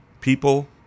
people